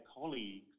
colleagues